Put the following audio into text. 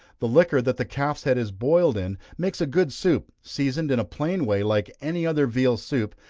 the liquor that the calf's head is boiled in, makes a good soup, seasoned in a plain way like any other veal soup,